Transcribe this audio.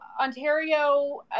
Ontario